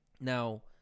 Now